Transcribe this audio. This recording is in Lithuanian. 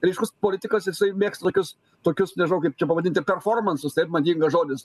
ryškus politikas jisai mėgsta tokius tokius nežinau kaip čia pavadinti performansus taip madingas žodis